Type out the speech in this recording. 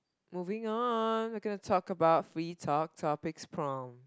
moving on we gonna talk about free talk topics prompt